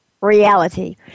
reality